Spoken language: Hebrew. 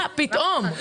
מה פתאום?